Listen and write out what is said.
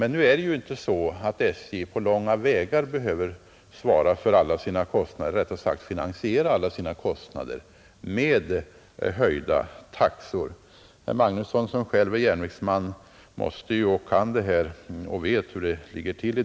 Det är ju inte så att SJ på långa vägar behöver finansiera alla sina kostnader med höjda taxor. Herr Magnusson som själv är järnvägsman kan ju det här och vet hur det ligger till.